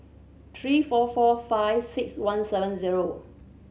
three four four five six one seven zero